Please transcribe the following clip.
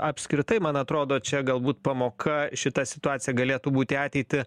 apskritai man atrodo čia galbūt pamoka šita situacija galėtų būt į ateitį